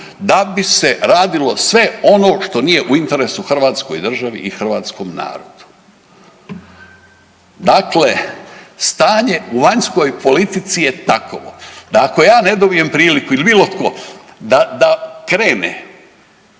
da bi se radilo sve ono što nije u interesu hrvatskoj državi i hrvatskom narodu. Dakle, stanje u vanjskoj politici je takovo da ako ja ne dobijem priliku ili bilo tko, da krene